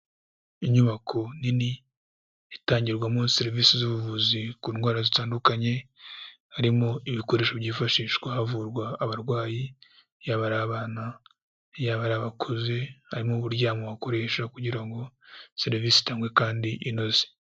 Inyubako nini itangirwamo serivisi z'ubuvuzi ku ndwara zitandukanye, harimo ibikoresho byifashishwa havurwa abarwayi, yaba ari abana, yaba ari abakuze, harimo uburyamo bakoresha kugira ngo serivisi itangwe kandi inoze.